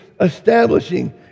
establishing